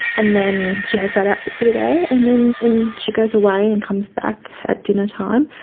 and then she has that outfit for the day, and then when she goes away and comes back at dinner time,